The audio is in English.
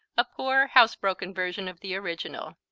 a poor, housebroken version of the original.